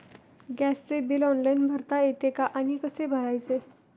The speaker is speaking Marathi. गॅसचे बिल ऑनलाइन भरता येते का आणि कसे भरायचे?